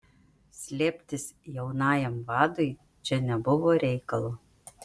slėptis jaunajam vadui čia nebuvo reikalo